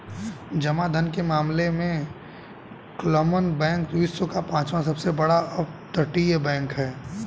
जमा धन के मामले में क्लमन बैंक विश्व का पांचवा सबसे बड़ा अपतटीय बैंक है